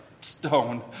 stone